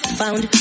found